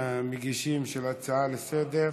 למגישים של ההצעה לסדר-היום,